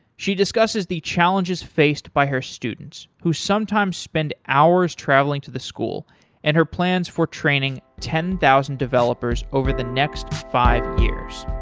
she discusses the challenges faced by her students who sometimes spend hours travelling to the school and her plans for training ten thousand developers over the next five years.